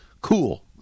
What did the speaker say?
cool